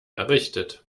errichtet